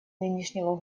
нынешнего